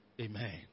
Amen